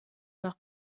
noch